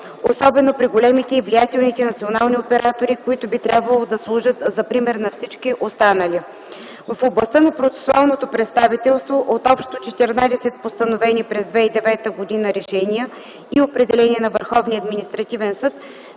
особено при големите и влиятелни национални оператори, които би трябвало да служат за пример на всички останали. В областта на процесуалното представителство от общо 14 постановени през 2009 г. решения и определения на Върховния административен съд,